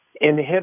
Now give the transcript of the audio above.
inhibit